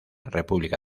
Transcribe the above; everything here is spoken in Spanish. república